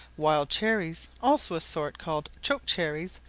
wild cherries, also a sort called choke cherries,